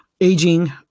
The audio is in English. aging